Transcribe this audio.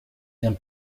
ihren